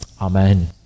amen